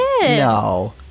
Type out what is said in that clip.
No